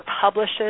publishes